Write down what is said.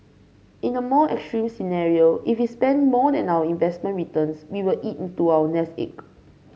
in the more extreme scenario if we spent more than our investment returns we will eat into our nest egg